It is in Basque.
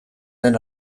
den